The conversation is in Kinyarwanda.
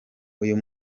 uyu